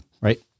right